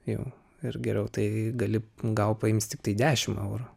jau ir geriau tai gali gal paims tiktai dešim eurų